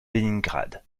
léningrad